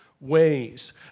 ways